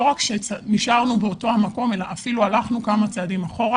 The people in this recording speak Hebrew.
רק נשארנו באותו מקום אלא אפילו הלכנו כמה צעדים אחורה